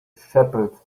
shepherd